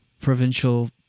provincial